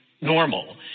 normal